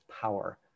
power